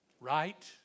Right